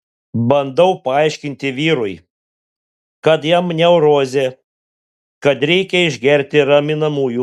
bandau paaiškinti vyrui kad jam neurozė kad reikia išgerti raminamųjų